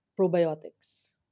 probiotics